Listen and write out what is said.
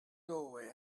doorway